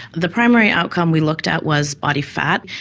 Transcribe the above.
the primary outcome we looked at was body fat,